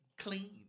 clean